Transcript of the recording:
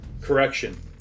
correction